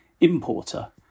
importer